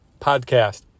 podcast